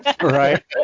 Right